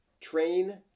train